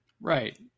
Right